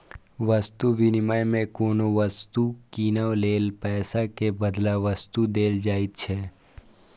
वस्तु विनिमय मे कोनो वस्तु कीनै लेल पैसा के बदला वस्तुए देल जाइत रहै